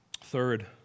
Third